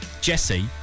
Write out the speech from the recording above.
Jesse